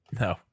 no